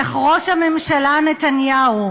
איך ראש הממשלה נתניהו,